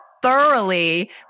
thoroughly